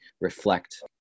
reflect